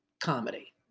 comedy